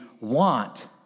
want